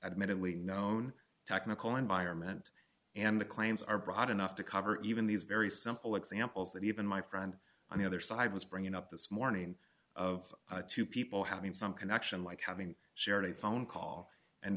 admittedly known technical environment and the claims are broad enough to cover even these very simple examples that even my friend on the other side was bringing up this morning of two people having some connection like having shared a phone call and